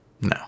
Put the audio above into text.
No